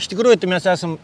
iš tikrųjų tai mes esam